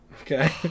Okay